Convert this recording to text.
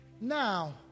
now